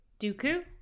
Dooku